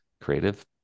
creative